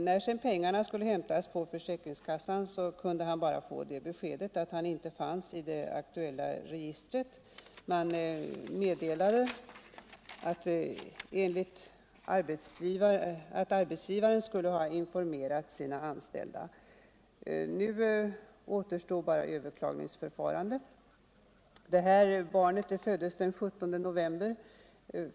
När sedan pengarna skulle hämtas på försäkringskassan, kunde han bara få beskedet att han inte fanns i det aktuella registret. Man meddelade att arbetsgivaren skulle ha informerat sina anställda. Nu återstod bara överklagningsförfarandet. Barnet föddes den 17 november.